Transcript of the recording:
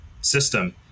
system